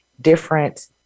different